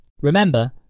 Remember